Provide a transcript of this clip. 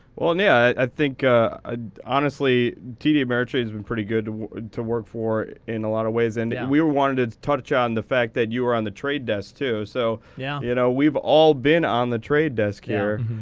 well, and yeah, i think, ah honestly, td ameritrade has been pretty good to work for in a lot of ways. and yeah. and we wanted to touch on the fact that you were on the trade desk, too. so yeah you know we've all been on the trade desk here,